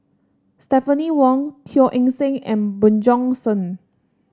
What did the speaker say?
Stephanie Wong Teo Eng Seng and Bjorn Shen